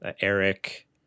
Eric